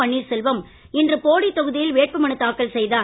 பன்னீர்செல்வம் இன்று போடி தொகுதியில் வேட்புமனு தாக்கல் செய்தார்